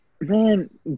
Man